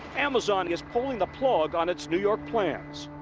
amazon is pulling the plug on its new york plans.